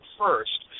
first